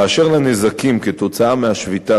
3. באשר לנזקים כתוצאה מהשביתה,